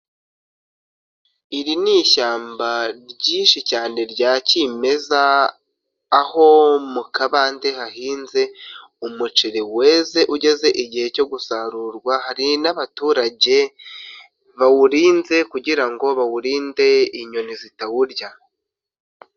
Iri ni ishyamba ryinshi cyane rya kimeza, aho mu kabande hahinze umuceri weze ugeze igihe cyo gusarurwa, hari n'abaturage bawurinze kugira ngo bawurinde inyoni zitawurya.